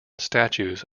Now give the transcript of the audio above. statues